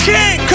King